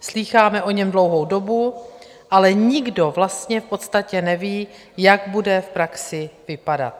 Slýcháme o něm dlouhou dobu, ale nikdo vlastně v podstatě neví, jak bude v praxi vypadat.